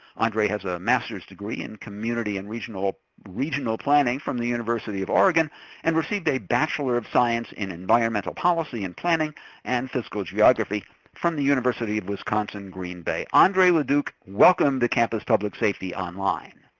andre has a master's degree in community and regional regional planning from the university of oregon and received a bachelor of science in environmental policy and planning and physical geography from the university of wisconsin-green bay. andre le duc, welcome to campus public safety online.